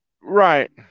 Right